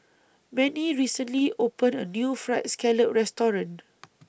Manie recently opened A New Fried Scallop Restaurant